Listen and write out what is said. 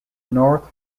north